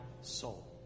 soul